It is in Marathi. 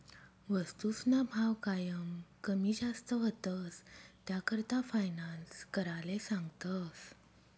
वस्तूसना भाव कायम कमी जास्त व्हतंस, त्याकरता फायनान्स कराले सांगतस